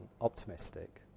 optimistic